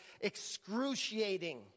excruciating